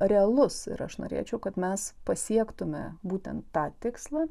realus ir aš norėčiau kad mes pasiektume būtent tą tikslą